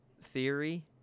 Theory